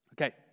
Okay